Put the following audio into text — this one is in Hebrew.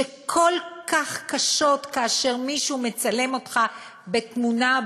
שהן כל כך קשות כאשר מישהו מצלם אותך בתמונה,